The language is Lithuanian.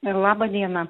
ir laba diena